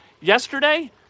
Yesterday